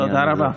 תודה רבה.